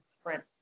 sprint